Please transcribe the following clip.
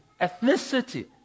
Ethnicity